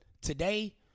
today